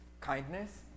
kindness